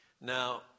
Now